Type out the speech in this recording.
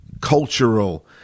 cultural